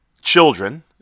children